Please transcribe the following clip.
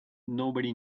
nobody